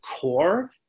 core